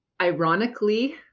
ironically